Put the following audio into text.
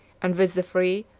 and with the free,